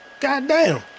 Goddamn